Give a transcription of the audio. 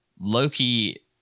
Loki